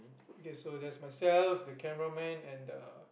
okay so there's myself the cameraman and the